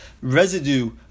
residue